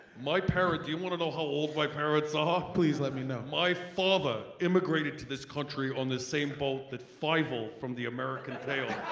my parents, do you want to know how old my parents are? ah please let me know. my father immigrated to this country on the same boat that fievel from the american tale